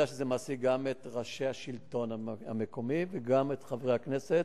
ואני יודע שזה מעסיק גם את ראשי השלטון המקומי וגם את חברי הכנסת,